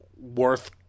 worth